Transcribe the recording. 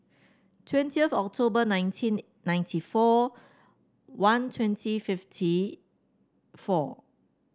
twentieth October nineteen ninety four one twenty fifty four